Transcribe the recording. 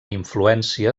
influència